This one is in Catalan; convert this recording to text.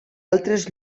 altres